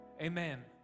Amen